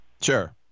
Sure